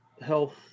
health